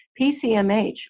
PCMH